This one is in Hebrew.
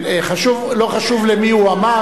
לא חשוב למי הוא אמר,